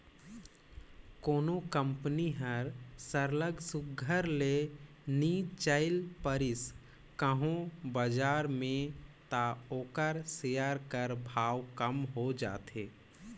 कोनो कंपनी हर सरलग सुग्घर ले नी चइल पारिस कहों बजार में त ओकर सेयर कर भाव कम हो जाथे